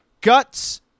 guts